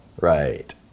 right